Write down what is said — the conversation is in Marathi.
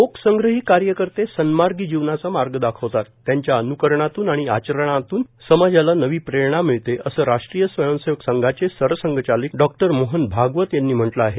लोकसंग्रही कार्यकर्ते सन्मार्गी जीवनाचा मार्ग दाखवतात त्यांचे अन्करण आणि आचरणातून समाजाला नवी प्रेरणा मिळते असं राष्ट्रीय स्वयंसेवक संघाचे सरसंघचालक डॉ मोहन भागवत यांनी म्हटलं आहे